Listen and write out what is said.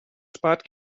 spart